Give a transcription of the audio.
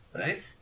Right